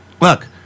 Look